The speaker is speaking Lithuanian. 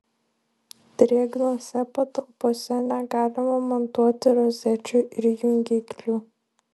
drėgnose patalpose negalima montuoti rozečių ir jungiklių